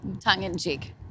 tongue-in-cheek